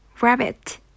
Rabbit